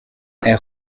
est